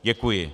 Děkuji.